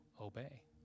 obey